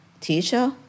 teacher